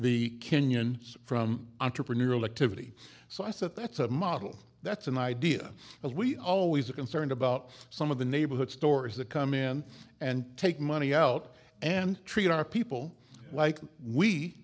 the kenyan from entrepreneurial activity so i said that's a model that's an idea but we always are concerned about some of the neighborhood stores that come in and take money out and treat our people like we